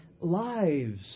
lives